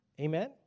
Amen